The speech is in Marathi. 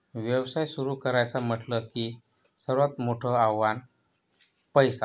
व्यवसाय सुरू करायचा म्हटलं की सर्वात मोठं आव्हान पैसा